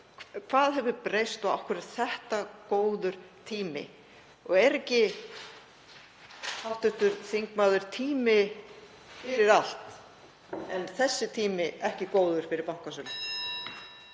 Hvað hefur breyst? Af hverju er þetta góður tími? Er ekki, hv. þingmaður, tími fyrir allt, en þessi tími ekki góður fyrir bankasölu?